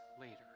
later